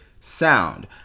sound